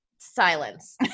silence